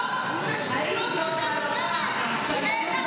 זה שטויות, זה שטויות מה שאת אומרת.